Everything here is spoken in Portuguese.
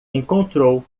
encontrou